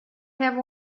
have